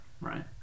Right